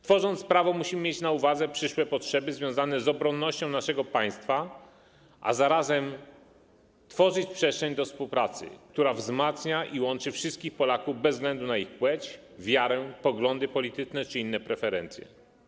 Tworząc prawo, musimy mieć na uwadze przyszłe potrzeby związane z obronnością naszego państwa, a zarazem tworzyć przestrzeń do współpracy, która wzmacnia i łączy wszystkich Polaków bez względu na płeć, wiarę, poglądy polityczne czy inne preferencje.